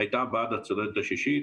הייתה בעד הצוללת השישית,